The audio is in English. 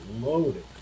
loaded